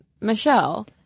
Michelle